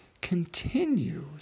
continues